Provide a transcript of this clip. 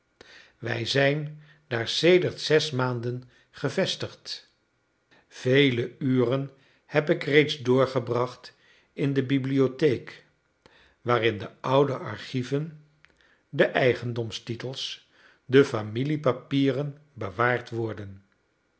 wij zijn daar sedert zes maanden gevestigd vele uren heb ik reeds doorgebracht in de bibliotheek waarin de oude archieven de eigendomstitels de familiepapieren bewaard worden